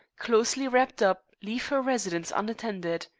closely wrapped up, leave her residence unattended.